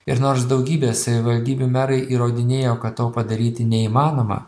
ir nors daugybės savivaldybių merai įrodinėjo kad to padaryti neįmanoma